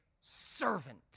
servant